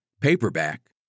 paperback